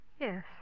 Yes